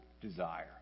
desire